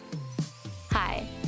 Hi